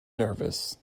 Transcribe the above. nervous